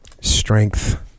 strength